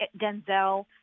Denzel